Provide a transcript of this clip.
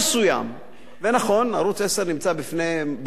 ונכון, ערוץ-10 נמצא במצב מאוד קשה,